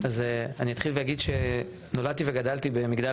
אז אני אתחיל ואגיד שנולדתי וגדלתי במגדל